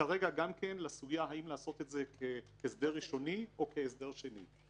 כרגע גם כן לסוגיה האם לעשות את זה כהסדר ראשוני או כהסדר שני.